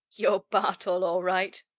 you're bartol, all right!